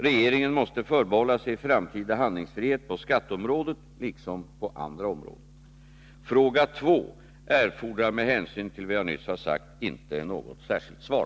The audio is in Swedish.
Regeringen måste förbehålla sig framtida handlingsfrihet på skatteområdet liksom på andra områden. Fråga två erfordrar med hänsyn till vad jag nyss har sagt inte något särskilt Svar.